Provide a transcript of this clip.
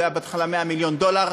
זה היה בהתחלה 100 מיליון דולר,